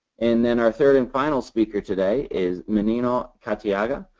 and then our third and final speaker today is maneno katyega,